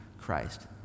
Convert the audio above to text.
Christ